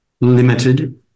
limited